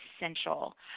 essential